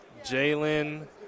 Jalen